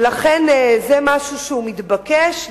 זה משהו שהוא מתבקש.